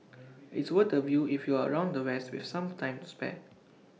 it's worth the view if you're around the west with some time to spare